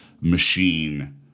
machine